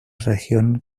región